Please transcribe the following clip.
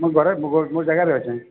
ମୁଁ ଘରେ ମୋ ମୋ ଜାଗାରେ ଅଛି